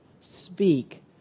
speak